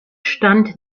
stand